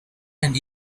and